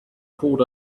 called